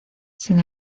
sin